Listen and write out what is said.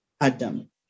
Adam